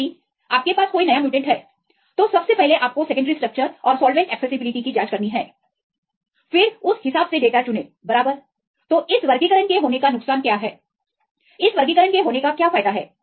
अब यदि आपके पास कोई नया म्यूटेंट है तो सबसे पहले आपको सेकेंडरी स्ट्रक्चरऔर सॉल्वेंट एक्सेसिबिलिटी की जांच करनी है फिर उस हिसाब से डेटा चुने बराबर तो इस वर्गीकरण के होने का नुकसान क्या है इस वर्गीकरण के होने का क्या फायदा है